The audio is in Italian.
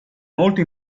molto